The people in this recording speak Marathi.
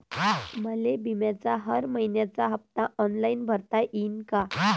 मले बिम्याचा हर मइन्याचा हप्ता ऑनलाईन भरता यीन का?